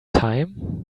time